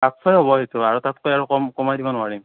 আঠশই হ'ব সেইটো আৰু তাতকৈ আৰু কম কমাই দিব নোৱাৰিম